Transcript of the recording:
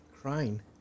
crying